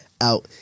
out